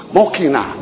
Mokina